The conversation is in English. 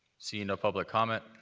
seeing no public comment,